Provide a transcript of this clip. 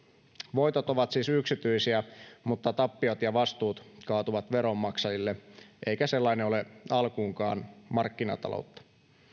voitot ovat siis yksityisiä mutta tappiot ja vastuut kaatuvat veronmaksajille eikä sellainen ole alkuunkaan markkinataloutta